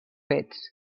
fets